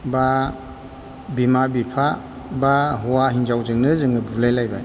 बा बिमा बिफा बा हौवा हिनजावजोंनो जोङो बुलायलायबाय